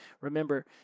Remember